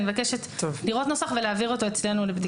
אני מבקשת לראות נוסח ולהעביר אותו אצלנו לבדיקה.